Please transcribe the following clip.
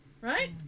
Right